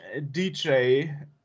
DJ